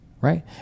right